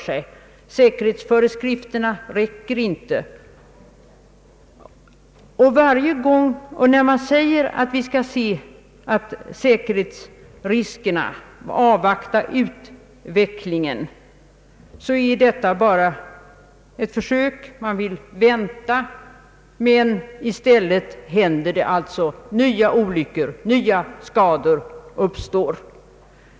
Säkerhetsföreskrifterna räcker inte. Kravet varje år att man skall avvakta utvecklingen är bara ett försök att uppskjuta ett ställningstagande, och under tiden händer nya olyckor, nya skador uppstår.